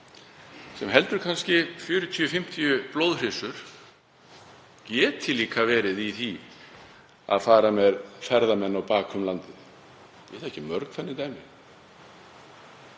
sem heldur kannski 40–50 blóðhryssur, geti líka verið í því að fara með ferðamenn á baki um landið? Ég þekki mörg þannig dæmi